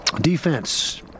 Defense